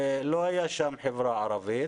לא היה שם חברה ערבית.